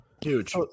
Huge